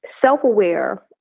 self-aware